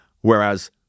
Whereas